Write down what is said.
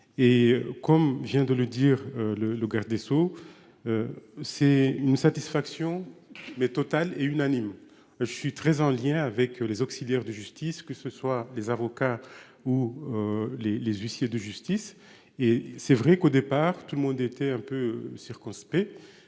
Et comme vient de le dire le le garde des Sceaux. C'est une satisfaction mais total et unanime, je suis très en lien avec les auxiliaires de justice, que ce soit les avocats ou. Les les huissiers de justice. Et c'est vrai qu'au départ, tout le monde était un peu circonspect